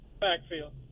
backfield